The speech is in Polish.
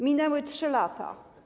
Minęły 3 lata.